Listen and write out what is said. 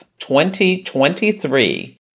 2023